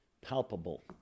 palpable